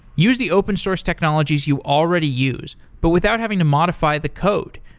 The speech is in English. use the open source technologies you already use, but without having to modify the code,